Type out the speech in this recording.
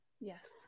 Yes